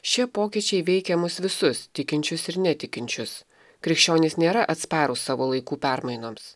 šie pokyčiai veikia mus visus tikinčius ir netikinčius krikščionys nėra atsparūs savo laikų permainoms